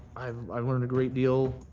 i've i've learned a great deal.